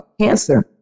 cancer